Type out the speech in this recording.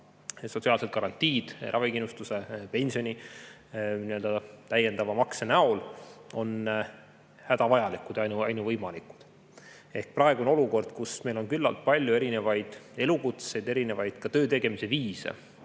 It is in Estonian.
sotsiaalsed garantiid ravikindlustuse ja pensioni täiendava makse näol, on hädavajalik ja ainuvõimalik. Praegu on olukord, kus meil on küllalt palju elukutseid, erinevaid töötegemise viise,